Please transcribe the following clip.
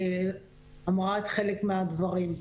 אמרה חלק מהדברים.